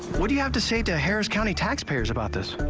what he had to say to harris county taxpayers about this.